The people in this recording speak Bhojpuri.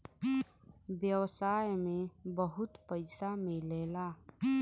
व्यवसाय में बहुत पइसा मिलेला